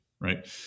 right